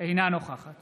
אינה נוכחת